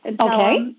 Okay